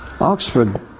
Oxford